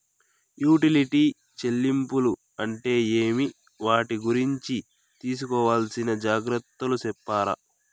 Utility చెల్లింపులు అంటే ఏమి? వాటి గురించి తీసుకోవాల్సిన జాగ్రత్తలు సెప్తారా?